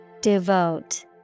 Devote